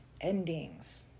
endings